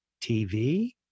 TV